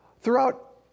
Throughout